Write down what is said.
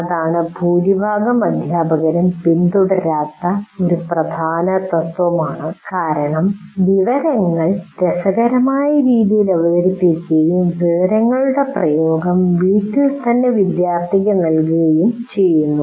ഇത് ഭൂരിഭാഗം അധ്യാപകരും പിന്തുടരാത്ത ഒരു പ്രധാന തത്ത്വമാണ് കാരണം വിവരങ്ങൾ രസകരമായ രീതിയിൽ അവതരിപ്പിക്കുകയും വിവരങ്ങളുടെ പ്രയോഗം വീട്ടിൽ തന്നെ വിദ്യാർത്ഥിക്ക് നൽകുകയും ചെയ്യുന്നു